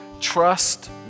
trust